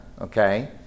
okay